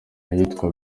ahitwa